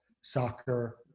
soccer